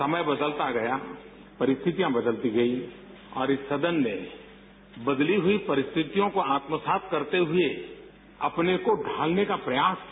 समय बदलता गया परिस्थितियां बदलती गईं और इस सदन ने बदली हुई परिस्थितियों को आत्मसात करते हुए अपने को ढालने का प्रयास किया